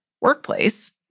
workplace